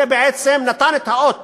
זה בעצם נתן את האות